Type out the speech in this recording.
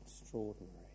extraordinary